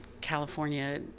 California